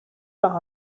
par